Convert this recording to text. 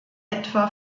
etwa